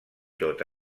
tot